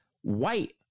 white